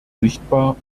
sichtbar